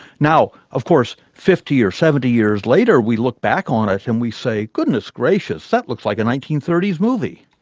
now of course, fifty or seventy years later, we look back on it and we say goodness gracious, that looks like a nineteen thirty s movie.